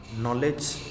knowledge